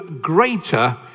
greater